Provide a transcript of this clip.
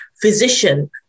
physician